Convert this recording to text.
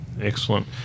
Excellent